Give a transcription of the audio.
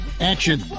action